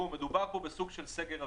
מדובר בסוג של סגר אווירי.